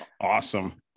awesome